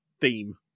theme